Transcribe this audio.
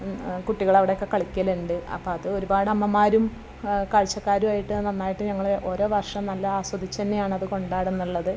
ആ കുട്ടികൾ അവിടെ ഒക്കെ കളിക്കലുണ്ട് അപ്പോൾ അത് ഒരുപാട് അമ്മമാരും കാഴ്ചക്കാരുമായിട്ട് നന്നായിട്ട് ഞങ്ങൾ ഓരോ വർഷം നല്ല ആസ്വദിച്ചു തന്നെയാണ് അത് കൊണ്ടാടുന്നത്